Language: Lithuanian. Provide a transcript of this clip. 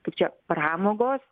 kaip čia pramogos